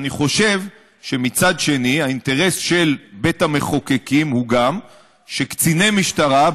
אני חושב שמצד שני האינטרס של בית המחוקקים הוא גם שקציני משטרה,